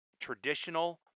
traditional